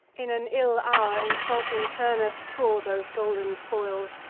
in an ill hour insulting turnus tore those golden spoils,